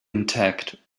intact